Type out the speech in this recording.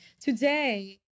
today